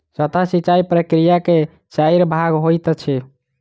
सतह सिचाई प्रकिया के चाइर भाग होइत अछि